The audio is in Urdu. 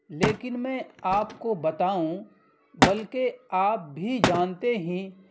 لیکن میں آپ کو بتاؤں بلکہ آپ بھی جانتے ہی